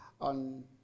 on